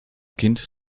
kind